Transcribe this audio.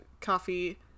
coffee